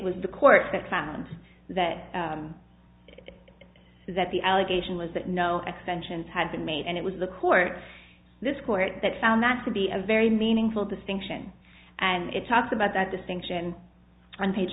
was the courts that that found that the allegation was that no extensions had been made and it was the court this court that found that to be a very meaningful distinction and it talks about that distinction on page